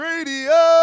Radio